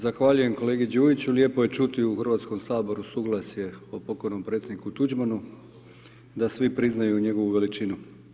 Zahvaljujem kolegi Đujiću, lijepo je čuti u Hrvatskom saboru suglasje o pokojnom predsjedniku Tuđmanu da svi priznaju njegovu veličinu.